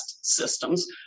systems